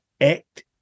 ACT